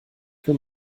für